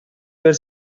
were